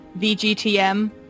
VGTM